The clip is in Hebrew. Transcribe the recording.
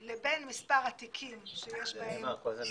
לבין מספר התיקים שיש --- זה נאמר קודם.